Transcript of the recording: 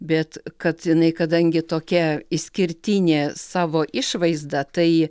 bet kad jinai kadangi tokia išskirtinė savo išvaizda tai